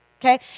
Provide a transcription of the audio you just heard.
Okay